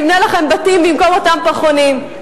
נבנה לכם בתים במקום אותם פחונים.